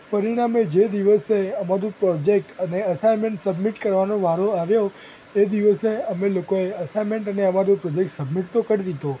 પરીણામે જે દિવસે અમારું પ્રૉજેક્ટ અને અસાઈનમેન્ટ સબમિટ કરવાનો વારો આવ્યો એ દિવસે અમે લોકોએ અસાઇનમેન્ટ અને અમારું પ્રૉજેક્ટ સબમિટ તો કરી દીધો